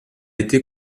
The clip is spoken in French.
été